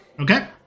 Okay